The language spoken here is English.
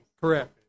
Correct